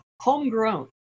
homegrown